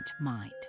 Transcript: mind